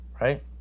right